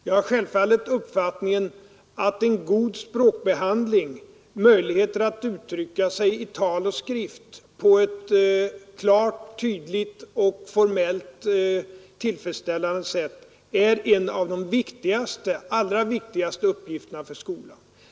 Jag har självfallet uppfattningen att en god språkbehandling, dvs. möjligheter att uttrycka sig i tal och skrift på ett klart, tydligt och formellt tillfredsställande sätt, är en av de allra viktigaste uppgifterna för skolan att lära ut.